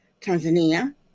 tanzania